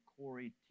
Corey